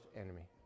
enemy